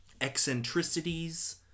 eccentricities